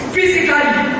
Physically